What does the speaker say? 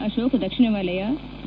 ಅಶೋಕ್ ದಕ್ಷಿಣ ವಲಯ ವಿ